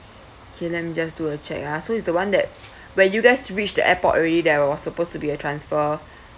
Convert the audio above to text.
okay let me just do a check ah so it's the one that where you guys reached the airport already there were supposed to be a transfer